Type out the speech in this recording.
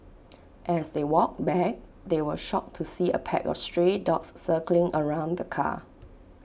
as they walked back they were shocked to see A pack of stray dogs circling around the car